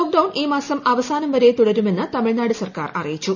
lockdown ഈ മാസം അവസാനം വരെ തുടരുമെന്ന് തമിഴ്നാട് സർക്കാർ അറിയിച്ചു